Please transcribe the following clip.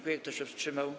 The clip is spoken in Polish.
Kto się wstrzymał?